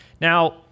Now